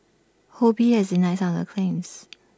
ho bee has denied some of the claims